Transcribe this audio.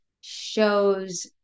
shows